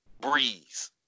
Breeze